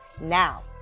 now